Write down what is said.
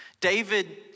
David